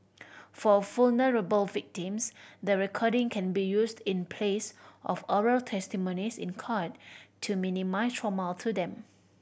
for vulnerable victims the recording can be used in place of oral testimonies in court to minimise trauma to them